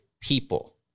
people